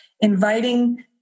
inviting